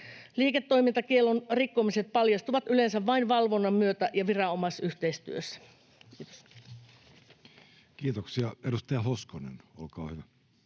Liiketoimintakiellon rikkomiset paljastuvat yleensä vain valvonnan myötä ja viranomaisyhteistyössä. — Kiitos. [Speech 160] Speaker: